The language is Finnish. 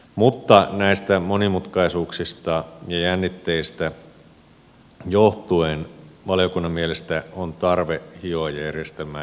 mutta näistä monimutkaisuuksista ja jännitteistä johtuen valiokunnan mielestä on tarve hioa järjestelmää edelleen